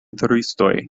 turistoj